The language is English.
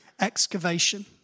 excavation